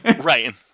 Right